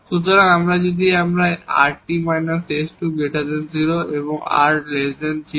সুতরাং এখানে যখন আমরা এই rt − s2 0∧r 0